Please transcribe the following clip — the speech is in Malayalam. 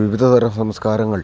വിവിധതരം സംസ്കാരങ്ങൾ